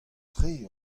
tre